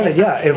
yeah, and